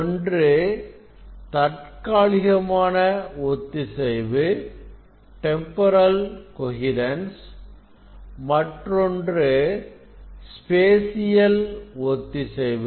ஒன்று தற்காலிகமான ஒத்திசைவு மற்றொன்று ஸ்பேசியல் ஒத்திசைவு